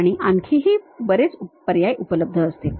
आणि आणखीही बरेच पर्याय उपलब्ध असतील